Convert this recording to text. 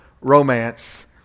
romance